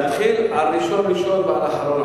נתחיל ונענה על ראשון ראשון ועל אחרון אחרון.